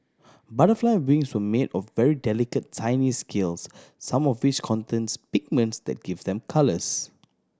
butterfly wings were made of very delicate tiny scales some of which contains pigments that give them colours